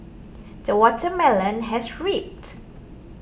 the watermelon has ripened